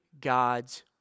God's